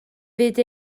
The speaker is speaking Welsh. fyd